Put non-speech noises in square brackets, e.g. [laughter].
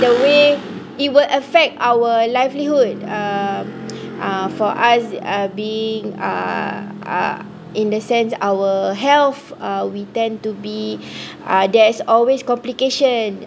the way it will effect our livelihood uh [noise] uh for us uh being uh in the sense our health uh we tend to be [breath] uh there's always complication